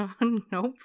Nope